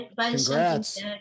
Congrats